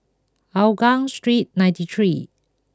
Hougang Street ninety three